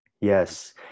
Yes